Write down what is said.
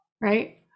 Right